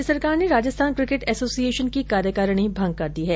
राज्य सरकार ने राजस्थान किकेट एसोसिएशन की कार्यकारिणी भंग कर दी है